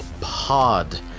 Pod